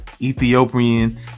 Ethiopian